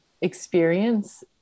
experience